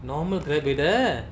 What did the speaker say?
normal ah விட:vida